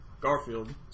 Garfield